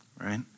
right